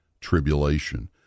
Tribulation